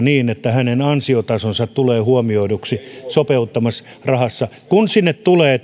niin että hänen ansiotasonsa tulee huomioiduksi sopeutumisrahassa kun sinne tulee